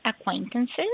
acquaintances